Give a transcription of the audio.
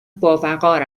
باوقار